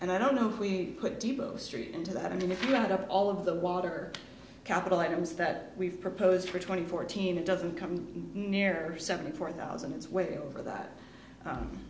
and i don't know if we put debo straight into that i mean if you add up all of the water capital items that we've proposed for twenty fourteen it doesn't come near seventy four thousand it's way over that